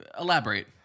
Elaborate